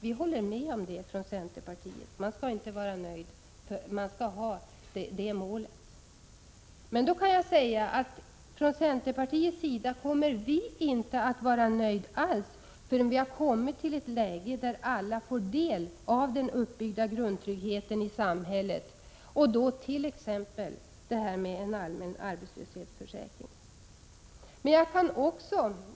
Vi kan hålla med om det från centern; man skall ha det målet. Men från centerpartiets sida kommer vi inte att vara nöjda alls, förrän vi har kommit till ett läge där alla får del av den uppbyggda grundtryggheten i samhället, t.ex. genom en allmän arbetslöshetsförsäkring.